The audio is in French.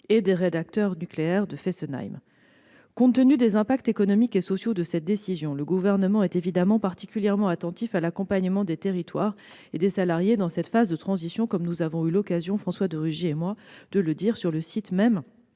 et des réacteurs nucléaires de Fessenheim. Compte tenu des impacts économiques et sociaux de cette décision, le Gouvernement est particulièrement attentif à l'accompagnement des territoires et des salariés durant cette phase de transition- François de Rugy et moi-même avons d'ailleurs eu l'occasion de le dire sur le site même